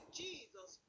jesus